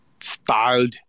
styled